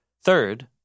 third